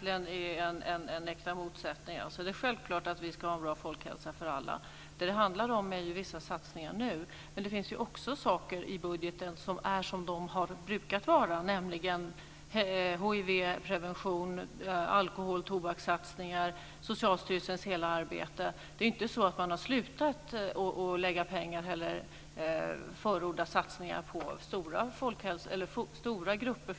detta är en äkta motsättning. Det är självklart att vi ska ha en bra folkhälsa för alla. Det det handlar om är ju vissa satsningar nu. Det finns också saker i budgeten som är som de har brukat vara, nämligen hivprevention, alkohol och tobakssatsningar, Socialstyrelsens hela arbete. Det är inte så att man har slutat att förorda satsningar på folkhälsa för stora grupper.